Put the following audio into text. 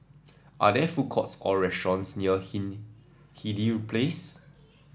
are there food courts or restaurants near Hindhede Place